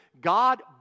God